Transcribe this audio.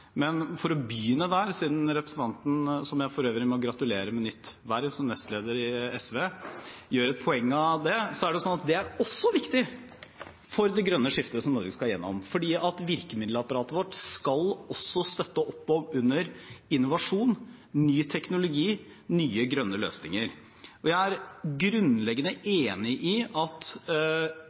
Men siden representanten – som jeg for øvrig må gratulere med nytt verv som nestleder i SV – gjør et poeng av det: Det er også viktig for det grønne skiftet som Norge skal gjennom, for virkemiddelapparatet vårt skal også støtte opp under innovasjon, ny teknologi og nye, grønne løsninger. Jeg er grunnleggende enig i at